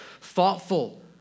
thoughtful